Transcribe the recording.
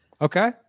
Okay